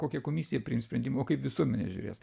kokia komisija priims sprendimą o kaip visuomenė žiūrės